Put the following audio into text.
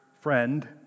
friend